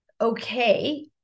okay